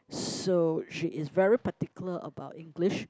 so she is very particular about English